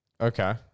Okay